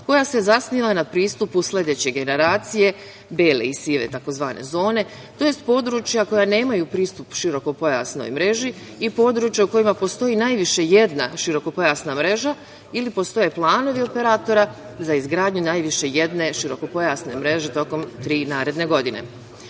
koja se zasniva na pristupu sledeće generacije, tzv. bele i sive zone, tj. područja koja nemaju pristup širokopojasnoj mreži i područja u kojima postoji najviše jedna širokopojasna mreža ili postoje planovi operatora za izgradnju najviše jedne širokopojasne mreže tokom tri naredne godine. Tokom